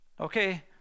Okay